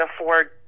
afford